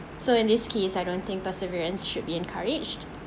so in this case I don't think perseverance should be encouraged